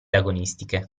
agonistiche